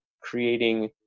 creating